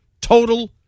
total